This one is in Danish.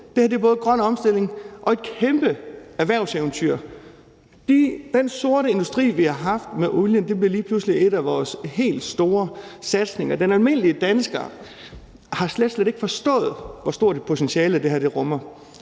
det her er både grøn omstilling og et kæmpe erhvervseventyr. Den sorte industri, vi har haft med olien, bliver lige pludselig en af vores helt store satsninger. Den almindelige dansker har slet, slet ikke forstået, hvor stort et potentiale det